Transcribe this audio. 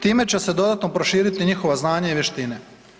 Time će se dodatno proširiti njihova znanja i vještine.